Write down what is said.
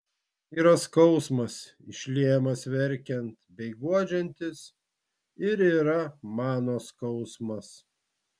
yra skausmas išliejamas verkiant bei guodžiantis ir yra mano skausmas